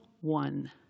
one